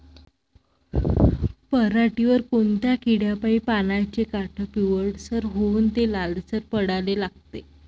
पऱ्हाटीवर कोनत्या किड्यापाई पानाचे काठं पिवळसर होऊन ते लालसर पडाले लागते?